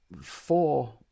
four